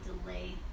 delay